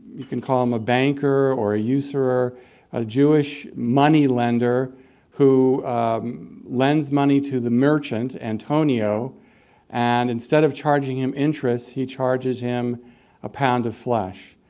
you can call him a banker or a usurer a jewish money-lender who lends money to the merchant antonio and instead of charging him interest, he charges him a pound of flesh.